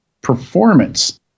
performance